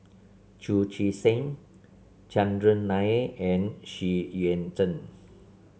Chu Chee Seng Chandran Nair and Xu Yuan Zhen